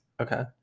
okay